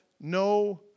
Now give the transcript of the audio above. no